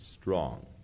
strong